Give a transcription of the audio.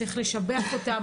צריך לשבח אותם.